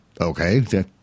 Okay